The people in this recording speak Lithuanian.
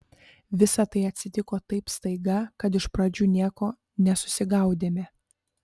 visa tai atsitiko taip staiga kad iš pradžių nieko nesusigaudėme